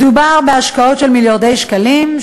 מדובר בהשקעות של מיליארדי שקלים,